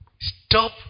Stop